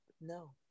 No